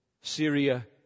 Syria